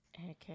Okay